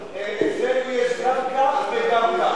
אצלנו יש גם כך וגם כך.